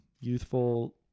youthful